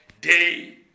day